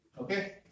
Okay